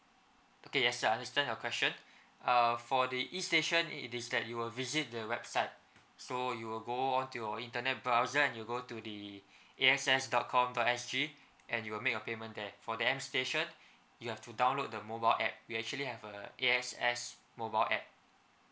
okay yes sir understand your question uh for the E station it is that you will visit the website so you will go on to your internet browser and you go to the A X S dot com dot S G and you'll make your payment there for the M station you have to download the mobile app we actually have a A_X_S mobile app